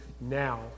now